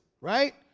right